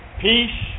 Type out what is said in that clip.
peace